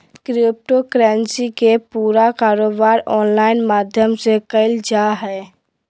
crypto currency के पूरा कारोबार ऑनलाइन माध्यम से क़इल जा हइ